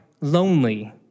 lonely